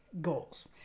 goals